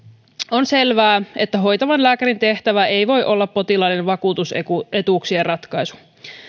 on selvää että hoitavan lääkärin tehtävä ei voi olla potilaiden vakuutusetuuksien ratkaisu